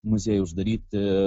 muziejai uždaryti